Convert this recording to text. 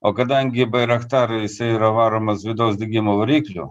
o kadangi bairaktar jisai yra varomas vidaus degimo variklių